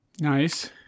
Nice